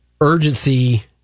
urgency